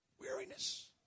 Weariness